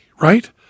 right